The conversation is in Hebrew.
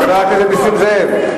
חבר הכנסת נסים זאב,